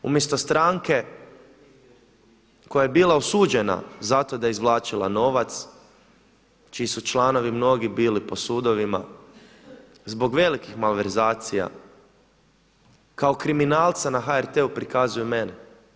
Umjesto stranke koja je bila osuđena zato da je izvlačila novac, čiji su članovi mnogi bili po sudovima, zbog velikih malverzacija kao kriminalca na HRT-u prikazuju mene.